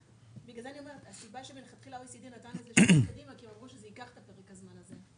הסיבה מלכתחילה שה-OECD נתן -- כי הם אמרו שזה ייקח את פרק הזמן הזה.